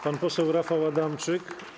Pan poseł Rafał Adamczyk.